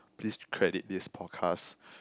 please credit this podcast